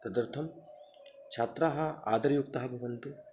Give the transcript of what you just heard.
तदर्थं छात्राः आधरयुक्ताः भवन्तु